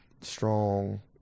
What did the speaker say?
strong